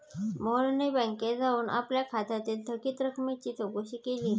मोहनने बँकेत जाऊन आपल्या खात्यातील थकीत रकमेची चौकशी केली